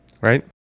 Right